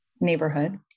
neighborhood